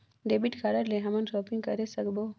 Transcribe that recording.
Debit card ले हमन shopping करे सकबो?